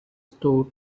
store